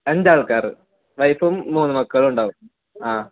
അഞ്ചാൾക്കാർ വൈഫും മൂന്ന് മക്കളും ഉണ്ടാവും ആ